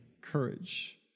courage